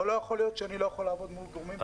אבל לא יכול להיות שאני לא יכול לעבוד מול גורמים במשרד.